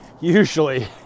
Usually